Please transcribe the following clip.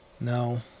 No